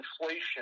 inflation